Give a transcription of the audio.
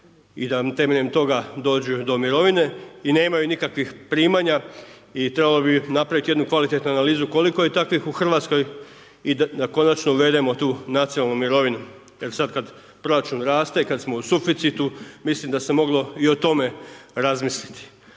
i da temeljem toga dođu do mirovine i nemaju nikakvih primanja i trebalo bi napraviti jednu kvalitetnu analizu koliko je takvih u Hrvatskoj i da konačno uvedemo tu nacionalnu mirovinu jer sad kad proračun raste i kad smo u suficitu mislim da se moglo i o tome razmisliti.